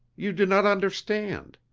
you do not understand.